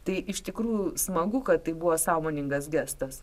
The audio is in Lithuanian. tai iš tikrųjų smagu kad tai buvo sąmoningas gestas